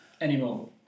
anymore